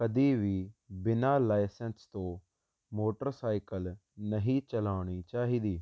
ਕਦੀ ਵੀ ਬਿਨਾਂ ਲਾਇਸੈਂਸ ਤੋਂ ਮੋਟਰਸਾਈਕਲ ਨਹੀਂ ਚਲਾਉਣੀ ਚਾਹੀਦੀ